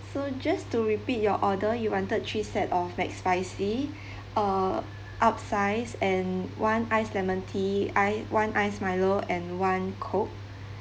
so just to repeat your order you wanted three set of mac spicy uh upsize and one iced lemon tea I one ice milo and one coke